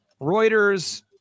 reuters